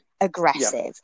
aggressive